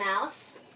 Mouse